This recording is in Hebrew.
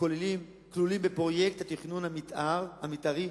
כלולים בפרויקט התכנון המיתארי,